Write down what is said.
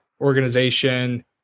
organization